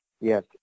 Yes